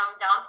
down